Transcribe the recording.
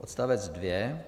Odstavec 2.